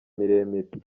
miremire